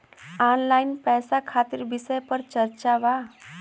Online पैसा खातिर विषय पर चर्चा वा?